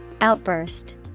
Outburst